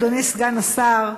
אדוני סגן השר,